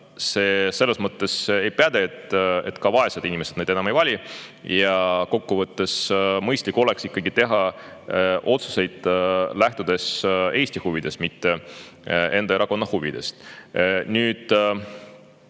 see selles mõttes ei päde, et ka vaesed inimesed neid enam ei vali. Kokkuvõttes oleks mõistlik ikkagi teha otsuseid lähtudes Eesti huvidest, mitte enda erakonna huvidest. Esiteks,